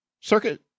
circuit